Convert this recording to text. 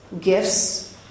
gifts